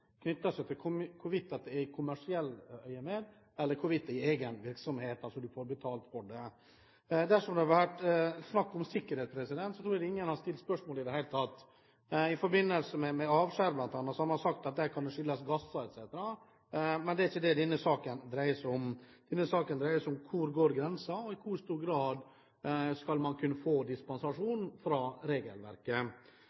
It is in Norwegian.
får betalt for det. Dersom det hadde vært snakk om sikkerhet, tror jeg ingen hadde stilt spørsmål i det hele tatt. I forbindelse med bl.a. avskjær har man sagt at det kan skyldes gasser etc., men det er ikke det denne saken dreier seg om. Denne saken dreier seg om hvor grensen går, og i hvor stor grad man skal kunne få dispensasjon